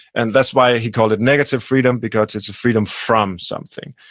and that's why he called it negative freedom, because it's a freedom from something,